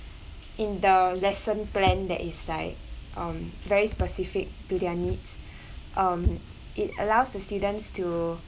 in the lesson plan that is like um very specific to their needs um it allows the students to